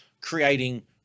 creating